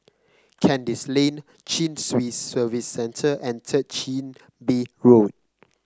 Kandis Lane Chin Swee Service Centre and Third Chin Bee Road